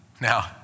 Now